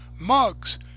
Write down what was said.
mugs